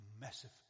massive